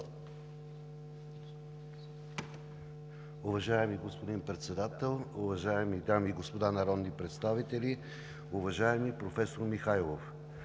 Уважаема госпожо Председател, уважаеми дами и господа народни представители! Уважаеми професор Михайлов,